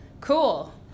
Cool